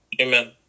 Amen